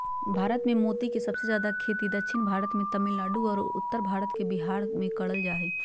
भारत मे मोती के सबसे जादे खेती दक्षिण भारत मे तमिलनाडु आरो उत्तर भारत के बिहार मे करल जा हय